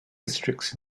districts